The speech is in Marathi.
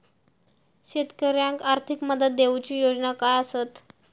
शेतकऱ्याक आर्थिक मदत देऊची योजना काय आसत?